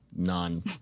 non